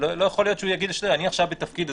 לא יכול להיות שהוא יגיד שהוא עכשיו בתפקיד,